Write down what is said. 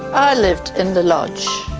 i lived in the lodge,